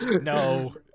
No